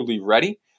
ready